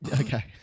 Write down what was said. Okay